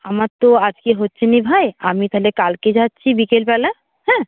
আমার তো আজকে হচ্ছে না ভাই আমি তাহলে কালকে যাচ্ছি বিকেলবেলা হ্যাঁ